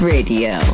Radio